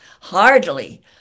hardly